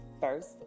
first